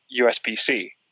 USB-C